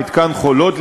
מתקן "חולות",